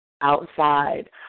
outside